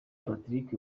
patrick